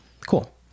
cool